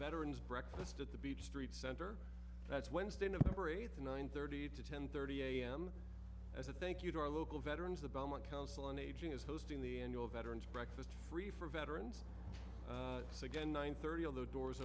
veterans breakfast at the beach street center that's wednesday november eighth and nine thirty to ten thirty am as a thank you to our local veterans the belmont council on aging is hosting the annual veterans breakfast free for veterans so again one thirty of the doors